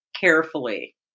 carefully